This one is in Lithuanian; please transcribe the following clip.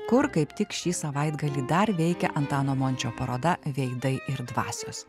kur kaip tik šį savaitgalį dar veikia antano mončio paroda veidai ir dvasios